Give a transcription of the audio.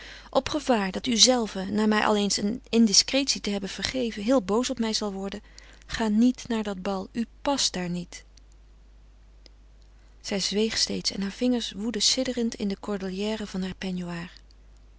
op gevaar dat uzelve na mij al eens een indiscretie te hebben vergeven heel boos op mij zal worden ga niet naar dat bal u past daar niet zij zweeg steeds en haar vingers woelden sidderend in de cordelière van haar